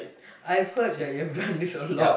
I've heard that you've done this a lot